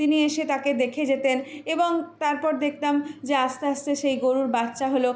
তিনি এসে তাকে দেখে যেতেন এবং তারপর দেখতাম যে আস্তে আস্তে সেই গরুর বাচ্চা হলো